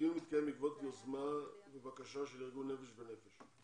הדיון מתקיים בעקבות יוזמה ובקשה של ארגון "נפש בנפש".